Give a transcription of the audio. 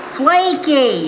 flaky